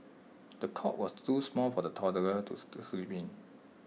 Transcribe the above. the cot was too small for the toddler to to sleep in